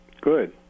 Good